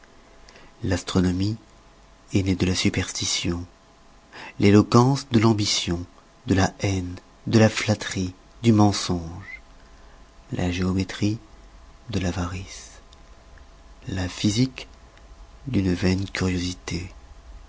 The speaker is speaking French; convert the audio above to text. l'astronomie est née de la superstition l'eloquence de l'ambition de la haine de la flatterie du mensonge la géométrie de l'avarice la physique d'une vaine curiosité